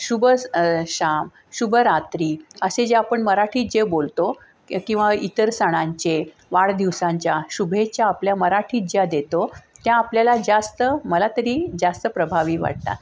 शुभ शाम शुभरात्री असे जे आपण मराठीत जे बोलतो कि किंवा इतर सणांचे वाढदिवसांच्या शुभेच्या आपल्या मराठीत ज्या देतो त्या आपल्याला जास्त मला तरी जास्त प्रभावी वाटतात